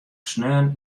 sneon